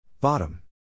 Bottom